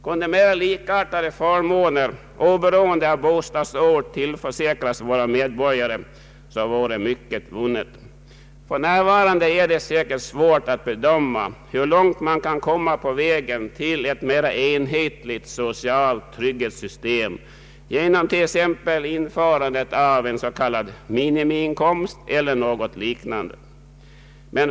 Kunde mera likartade förmåner tillförsäkras medborgarna, oberoende av bostadsort, så vore mycket vunnet. För närvarande är det svårt att bedöma hur långt man kan komma på vägen till ett mera enhetligt socialt trygghetssystem, t.ex. genom införandet av en s.k. minimiinkomst eller något liknande.